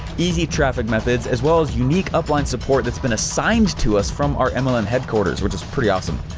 easy traffic methods, as well as unique upline support that's been assigned to us from our mlm headquarters, which is pretty awesome.